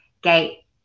gate